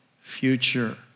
future